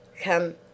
Come